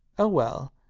oh, well,